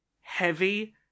heavy